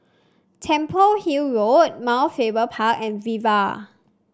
Temple Hill Road Mount Faber Park and Viva